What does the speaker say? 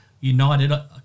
United